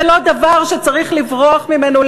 זה לא דבר שצריך לברוח ממנו.